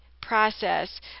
process